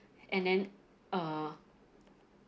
and then uh